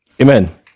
Amen